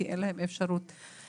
כי אין להם אפשרות לעבוד.